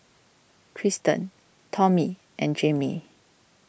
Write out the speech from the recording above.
Christen Tommy and Jayme